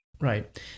Right